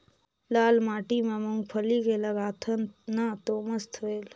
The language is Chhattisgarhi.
लाल माटी म मुंगफली के लगाथन न तो मस्त होयल?